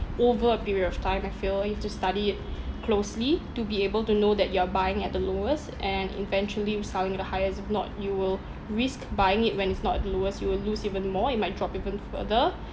over a period of time I feel you have to study it closely to be able to know that you are buying at the lowest and eventually selling at the highest if not you will risk buying it when it's not at the lowest you will lose even more it might drop even further